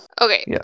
Okay